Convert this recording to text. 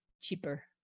cheaper